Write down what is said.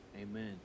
Amen